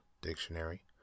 Dictionary